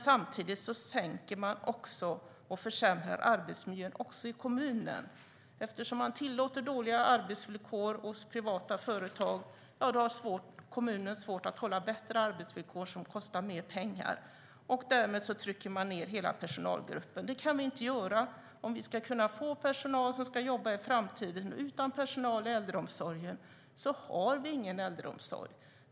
Samtidigt försämrar man också arbetsmiljön i kommunen. Eftersom man tillåter dåliga arbetsvillkor hos privata företag har kommunen svårt att ha bättre arbetsvillkor som kostar mer pengar. Därmed trycker man ned hela personalgruppen. Det kan vi inte göra om vi ska få personal i framtiden. Utan personal i äldreomsorgen har vi ingen äldreomsorg.